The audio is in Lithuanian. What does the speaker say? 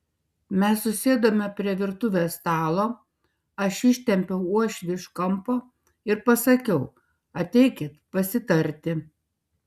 mes susėdome prie virtuvės stalo aš ištempiau uošvį iš kampo ir pasakiau ateikit pasitarti